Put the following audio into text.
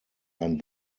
ein